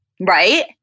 Right